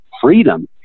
freedom